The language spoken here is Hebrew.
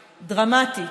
דרמטית.